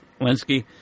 Linsky